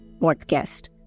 podcast